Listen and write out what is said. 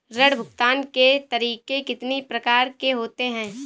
ऋण भुगतान के तरीके कितनी प्रकार के होते हैं?